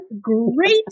great